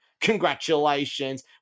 Congratulations